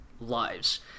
lives